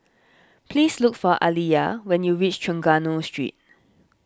please look for Aaliyah when you reach Trengganu Street